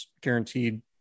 guaranteed